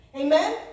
Amen